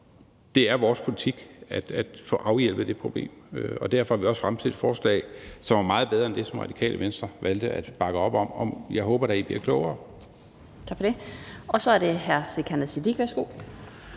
det er vores politik at få afhjulpet det problem, og derfor har vi også fremsat et forslag, som er meget bedre end det, som Radikale Venstre valgte at bakke op om. Jeg håber da, at I bliver klogere. Kl. 11:56 Den fg. formand (Annette Lind): Tak for